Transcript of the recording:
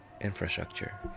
infrastructure